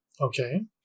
Okay